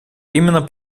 именно